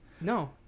No